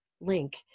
link